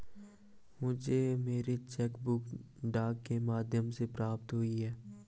मुझे मेरी cheque book डाक के माध्यम से प्राप्त हुई है